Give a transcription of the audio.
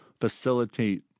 facilitate